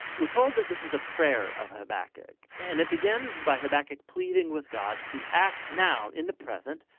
we're told that this is a prayer of habakkuk and it begins by habakkuk pleading with god to act now in the present,